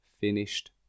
finished